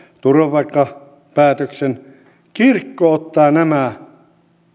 turvapaikkapäätöksen kirkko ottaa nämä